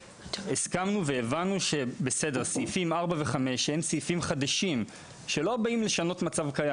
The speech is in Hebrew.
הסכמנו שסעיפים 4 ו-5 הם סעיפים חדשים שלא באים לשנות מצב קיים.